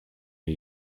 new